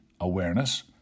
awareness